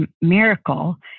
miracle